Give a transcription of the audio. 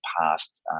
past